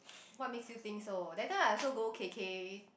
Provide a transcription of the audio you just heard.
what makes you think so that time I also go K_K